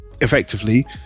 effectively